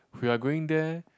we're going there